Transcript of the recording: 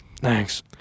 Thanks